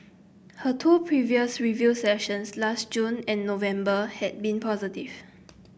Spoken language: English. her two previous review sessions last June and November had been positive